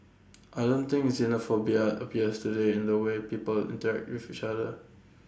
I don't think xenophobia appears today in the way people interact with each other